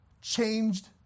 Changed